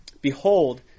Behold